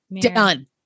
Done